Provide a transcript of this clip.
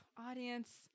audience